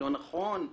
לא נכון?